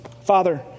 Father